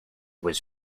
was